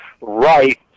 right